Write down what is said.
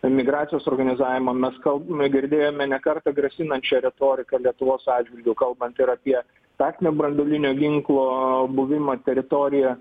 emigracijos organizavimą mes kalbame girdėjome ne kartą grasinančią retoriką lietuvos atžvilgiu kalbant ir apie taktinio branduolinio ginklo buvimo teritoriją